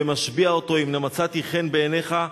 ומשביע אותו: אם נא מצאתי חן בעיניך,